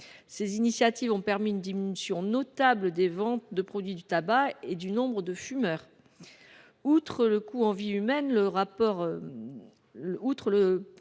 Ces initiatives ont permis une diminution notable des ventes de produits du tabac et du nombre de fumeurs. Outre le coût en vies humaines, le rapport sur la